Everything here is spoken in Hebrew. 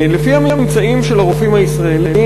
לפי הממצאים של הרופאים הישראלים,